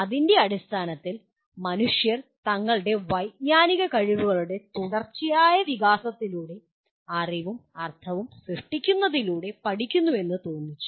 അതിൻ്റെ അടിസ്ഥാനത്തിൽ മനുഷ്യർ തങ്ങളുടെ വൈജ്ഞാനിക കഴിവുകളുടെ തുടർച്ചയായ വികാസത്തിലൂടെ അറിവും അർത്ഥവും സൃഷ്ടിക്കുന്നതിലൂടെ പഠിക്കുന്നുവെന്ന് തോന്നിച്ചു